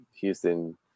Houston